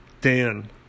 Dan